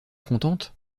contente